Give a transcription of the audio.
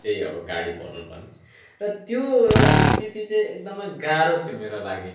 चाहिँ अब गाडी भर्नुपर्ने र त्यो एउटा स्थिति चाहिँ एकदमै गाह्रो थियो मेरो लागि